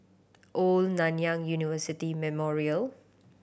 Old Nanyang University Memorial